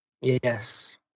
Yes